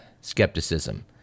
skepticism